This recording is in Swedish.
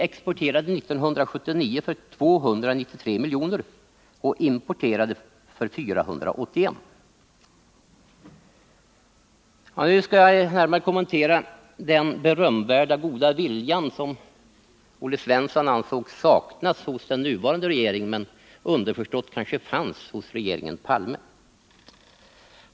1979 exporterade vi för 293 milj.kr. och importerade för 481 milj.kr. Jag skall inte närmare kommentera den berömvärda goda vilja som Olle Svensson ansåg saknas hos den nuvarande regeringen men underförstått kanske ansåg fanns hos regeringen Palme.